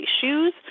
shoes